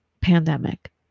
pandemic